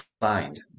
find